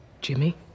Jimmy